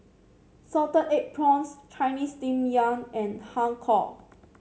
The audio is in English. Salted Egg Prawns Chinese Steamed Yam and Har Kow